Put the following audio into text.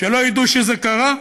שלא ידעו שזה קרה.